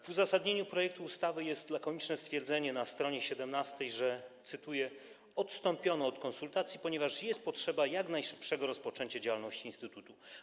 W uzasadnieniu projektu ustawy jest lakoniczne stwierdzenie na s. 17, że, cytuję, odstąpiono od konsultacji, ponieważ jest potrzeba jak najszybszego rozpoczęcia działalności instytutu.